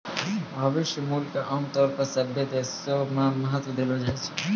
भविष्य मूल्य क आमतौर पर सभ्भे देशो म महत्व देलो जाय छै